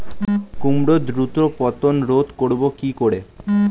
কুমড়োর দ্রুত পতন রোধ করব কি করে?